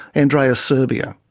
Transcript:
andreas suhrbier